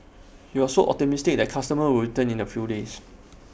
you also optimistic that customers would return in A few days